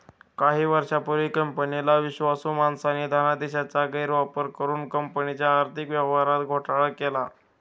काही वर्षांपूर्वी कंपनीतील विश्वासू माणसाने धनादेशाचा गैरवापर करुन कंपनीच्या आर्थिक व्यवहारात घोटाळा केला